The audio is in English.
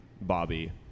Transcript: Bobby